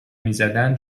میزدن